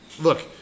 look